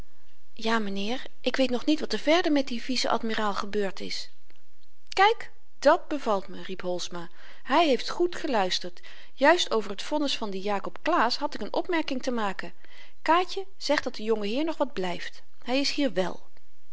ja m'nheer ik weet nog niet wat er verder met dien vice-admiraal gebeurd is kyk dat bevalt me riep holsma hy heeft goed geluisterd juist over t vonnis van dien jakob claesz had ik n opmerking te maken kaatje zeg dat de jongeheer nog wat blyft hy is hier wèl